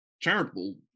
charitable